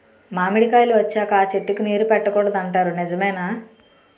మామిడికాయలు వచ్చాక అ చెట్టుకి నీరు పెట్టకూడదు అంటారు నిజమేనా?